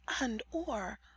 and/or